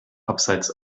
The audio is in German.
abseits